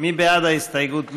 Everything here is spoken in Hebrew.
מי בעד ההסתייגות?